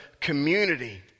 community